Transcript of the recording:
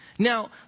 Now